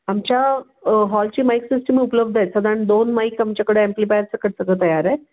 आमच्या हॉलची mic system उपलब्ध आहे साधारण दोन माईक आमच्याकडं ॲम्प्लीपायर सकट सगळं तयार आहे